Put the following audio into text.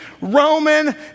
Roman